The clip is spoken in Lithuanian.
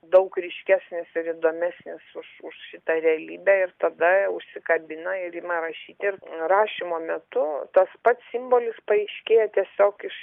daug ryškesnis ir įdomesnis už už šitą realybę ir tada užsikabina ir ima rašyti rašymo metu tas pats simbolis paaiškėja tiesiog iš